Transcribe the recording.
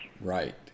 Right